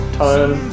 tone